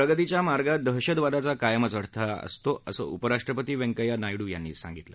प्रगतीच्या मार्गात दहशतवादाचा कायमच अडथळा असतो असं उपराष्ट्रपती वेंकय्या नायडू यांनी सांगितलं